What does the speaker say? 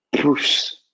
proofs